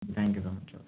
thank you so much okay